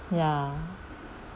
ya